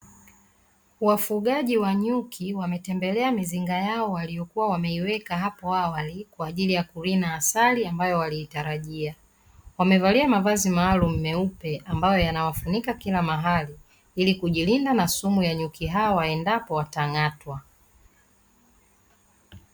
Wafugaji wa nyuki wametembelea mizinga yao, waliyo kuwa wameiweka hapo awali, kwa ajili ya kurina asali ambayo waliitarajia. Wamevalia mavazi maalumu meupe, ambayo yanawafunika kila mahali, ili kujilinda na sumu ya nyuki hao endapo watang'atwa.